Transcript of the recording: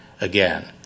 again